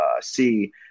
see